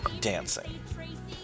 dancing